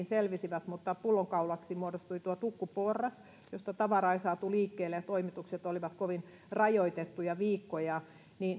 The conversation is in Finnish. selvisivät mutta pullonkaulaksi muodostui tukkuporras josta tavaraa ei saatu liikkeelle ja toimitukset olivat kovin rajoitettuja viikkoja